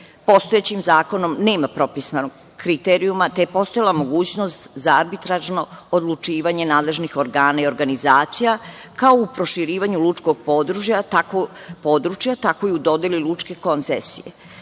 iste. Postojećim zakonom nema propisanog kriterijuma, te je postojala mogućnost za arbitražno odlučivanje nadležnih organa i organizacija, kao u proširivanju lučkog područja, tako i u dodeli lučke koncesije. Predlogom